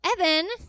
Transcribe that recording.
Evan